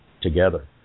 together